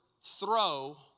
throw